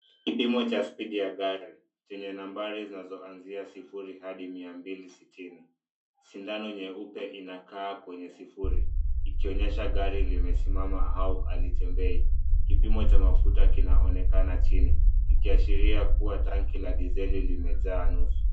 Kipimo cha spidi ya gari chenye nambari zinazoanzia sufuri hadi mia mbili sitini. Sindano nyeupe inakaa kwenye sifuri ikionyesha gari limesimama au halitembei. Kipimo cha mafuta kinaonekana chini ikiashiria kuwa tanki la dizeli limejaa nusu.